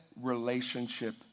relationship